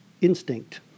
instinct